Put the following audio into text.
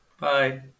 Bye